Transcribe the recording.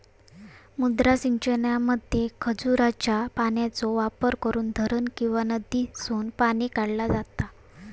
मुद्दा सिंचनामध्ये खजुराच्या पानांचो वापर करून धरण किंवा नदीसून पाणी काढला जाता